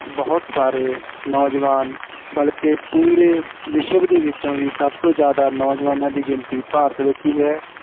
ਬਹੁਤ ਸਾਰੇ ਨੌਜਵਾਨ ਬਲਕਿ ਪੂਰੇ ਵਿਸ਼ਵ ਦੇ ਵਿੱਚੋਂ ਵੀ ਸਭ ਤੋਂ ਜ਼ਿਆਦਾ ਨੌਜਵਾਨਾਂ ਦੀ ਗਿਣਤੀ ਭਾਰਤ ਵਿੱਚ ਹੀ ਹੈ